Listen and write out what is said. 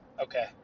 okay